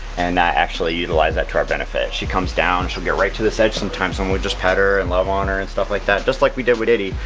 and actually utilize that to our benefit. she comes down, she'll get right to this edge sometimes, and we'll just pet her, and love on her, and stuff like that, just like we did with diddy,